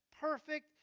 perfect